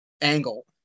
angle